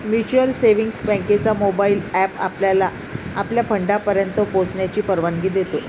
mutual savings बँकेचा mobile app आपल्याला आपल्या फंडापर्यंत पोहोचण्याची परवानगी देतो